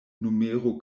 numero